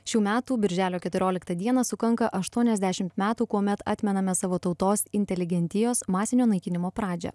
šių metų birželio keturioliktą dieną sukanka aštuoniasdešimt metų kuomet atmename savo tautos inteligentijos masinio naikinimo pradžią